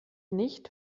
nicht